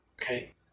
okay